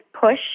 push